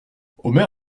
omer